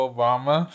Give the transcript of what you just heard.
Obama